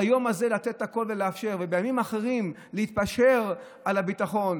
ביום הזה לתת הכול ולאפשר ובימים אחרים להתפשר על הביטחון,